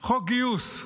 חוק גיוס.